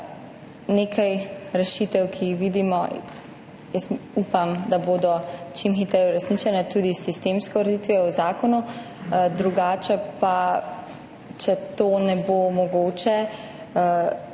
Nekaj rešitev, ki jih vidimo, upam, da bodo čim hitreje uresničene tudi s sistemsko ureditvijo v zakonu. Drugače pa, če to ne bo mogoče,